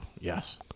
yes